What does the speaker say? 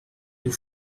nous